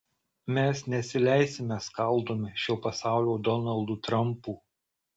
mes nesileisime skaldomi šio pasaulio donaldų trampų